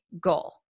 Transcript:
goal